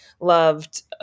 loved